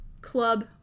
Club